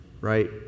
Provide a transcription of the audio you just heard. right